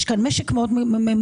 יש כאן משק מאוד מורכב,